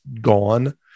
gone